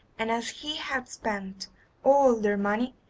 and as he had spent all their money,